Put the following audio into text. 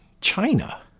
china